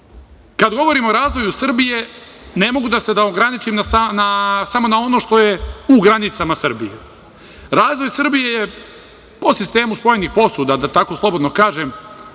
govorim o razvoju Srbije, ne mogu da se ograničim samo na ono što je u granicama Srbije. Razvoj Srbije je po sistemu spoljnih posuda, da tako slobodno kažem,